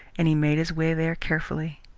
and he made his way there cheerfully.